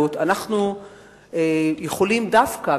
אנחנו יכולים דווקא,